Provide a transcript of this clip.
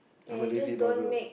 I'm a lazy bugger